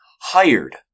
Hired